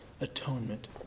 atonement